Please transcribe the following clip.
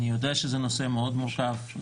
אני יודע שזה נושא מאוד מורכב.